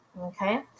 okay